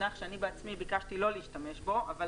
למונח שאני בעצמי ביקשתי לא להשתמש בו אבל